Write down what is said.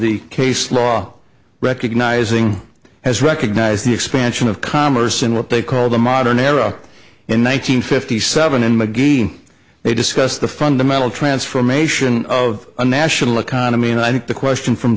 the case law recognizing has recognized the expansion of commerce in what they call the modern era in one nine hundred fifty seven in the game they discuss the fundamental transformation of a national economy and i think the question from